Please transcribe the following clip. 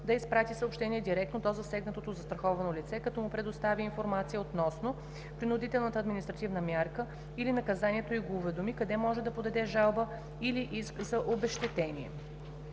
да изпрати съобщение директно до засегнатото застраховано лице, като му предостави информация относно принудителната административна мярка, или наказанието и го уведоми къде може да подаде жалба, или иск за обезщетение.“